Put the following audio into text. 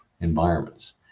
environments